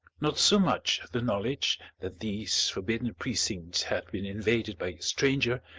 not so much the knowledge that these forbidden precincts had been invaded by a stranger,